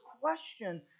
question